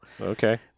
Okay